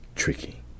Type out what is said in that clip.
tricky